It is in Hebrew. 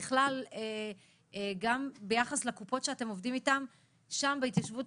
בכלל גם ביחס לקופות שאתם עובדים איתן שם בהתיישבות